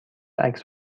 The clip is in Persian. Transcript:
عکس